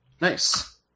Nice